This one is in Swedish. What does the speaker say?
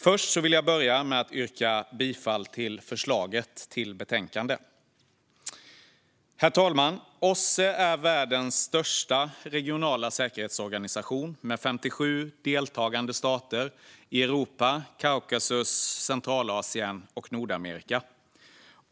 Jag vill börja med att yrka bifall till förslaget i betänkandet. Herr talman! OSSE är världens största regionala säkerhetsorganisation, med 57 deltagande stater i Europa, Kaukasus, Centralasien och Nordamerika.